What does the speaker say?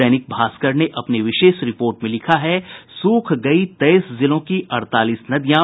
दैनिक भास्कर ने अपनी विशेष रिपोर्ट में लिखा है सूख गयी तेईस जिलों की अड़तालीस नदियां